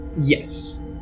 Yes